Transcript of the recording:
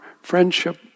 friendship